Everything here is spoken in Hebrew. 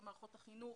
במערכות החינוך,